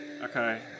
Okay